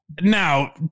now